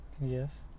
Yes